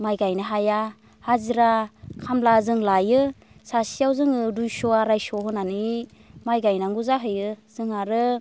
माइ गायनो हाया हाजिरा खामला जों लायो सासेयाव जोङो दुइस' आराइस' होनानै माइ गायनांगौ जाहैयो जों आरो